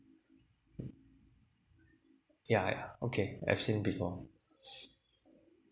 yeah yeah okay I've seen before